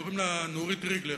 קוראים לה נורית ריגלר,